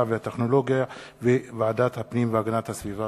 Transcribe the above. והטכנולוגיה וועדת הפנים והגנת הסביבה.